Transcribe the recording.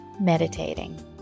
meditating